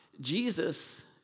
Jesus